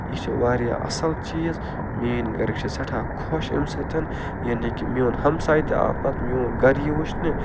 یہِ چھِ واریاہ اَصٕل چیٖز میٲنۍ گَرٕکۍ چھِ سٮ۪ٹھاہ خۄش أمۍ سۭتۍ یعنی کہِ میون ہمساے تہِ آو پَتہٕ میون گَرٕ یہِ وٕچھٕنہِ